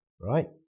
right